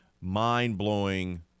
mind-blowing